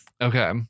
Okay